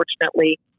unfortunately